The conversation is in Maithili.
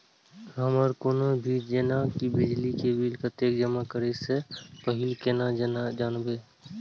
हमर कोनो भी जेना की बिजली के बिल कतैक जमा करे से पहीले केना जानबै?